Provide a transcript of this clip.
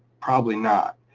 probably not.